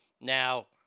Now